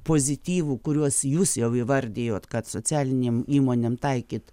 pozityvų kuriuos jūs jau įvardijot kad socialinėm įmonėm taikyt